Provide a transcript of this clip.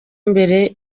mbere